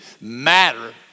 matter